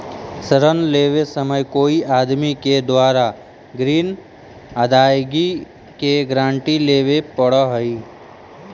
ऋण लेवे समय कोई आदमी के द्वारा ग्रीन अदायगी के गारंटी लेवे पड़ऽ हई